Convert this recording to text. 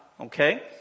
Okay